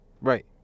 right